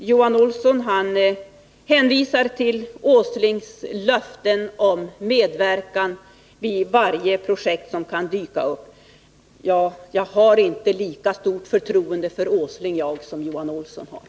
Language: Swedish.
Johan Olsson hänvisar till Nils Åslings löften om medverkan vid varje projekt som kan dyka upp. Men jag har inte lika stort förtroende för Nils Åsling som Johan Olsson har.